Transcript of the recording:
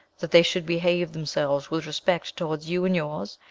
that they should behave themselves with respect towards you and yours,